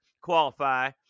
qualify